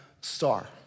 star